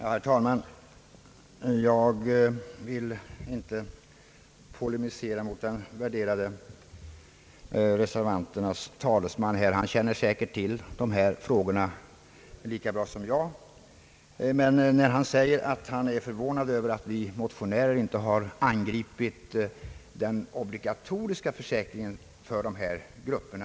Herr talman! Jag vill inte mera utförligt polemisera mot reservanternas värderade talesman. Han känner säkert till dessa frågor lika bra som jag. Han är förvånad över att vi motionärer inte i stället har angripit frågan om den obligatoriska försäkringen för dessa grupper.